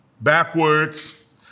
Backwards